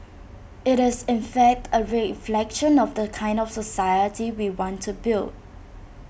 IT is in fact A reflection of the kind of society we want to build